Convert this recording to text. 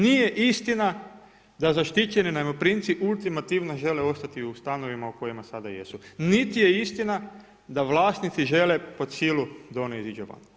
Nije istina da zaštićeni najmoprimci ultimativno žele ostati u stanovima u kojima sada jesu niti je istina da vlasnici žele pod silu da ona iziđe van.